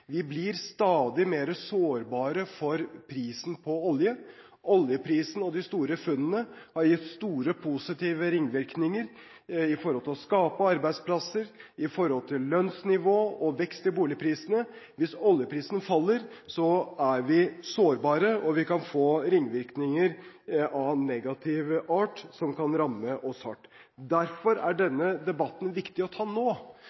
Vi blir stadig mer sårbare for prisen på olje. Oljeprisen og de store funnene har gitt store positive ringvirkninger når det gjelder å skape arbeidsplasser, når det gjelder lønnsnivå og vekst i boligprisene. Hvis oljeprisen faller, er vi sårbare, og vi kan få ringvirkninger av negativ art som kan ramme oss hardt. Derfor er denne debatten viktig å ta nå